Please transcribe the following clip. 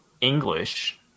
English